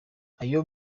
eyob